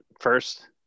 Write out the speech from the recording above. first